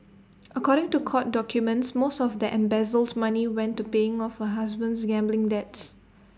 according to court documents most of the embezzled money went to paying off her husband's gambling debts